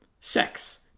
sex